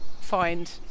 find